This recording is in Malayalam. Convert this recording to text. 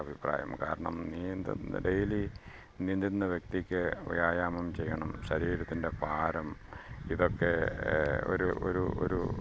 അഭിപ്രായം കാരണം നീന്തുന്ന ഡെയ്ലി നീന്തുന്ന വ്യക്തിക്ക് വ്യായാമം ചെയ്യണം ശരീരത്തിൻ്റെ ഭാരം ഇതൊക്കെ ഒരു ഒരു ഒരു